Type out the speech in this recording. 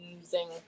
using